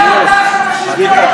12 שנים,